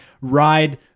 ride